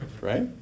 right